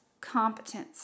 Competence